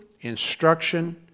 instruction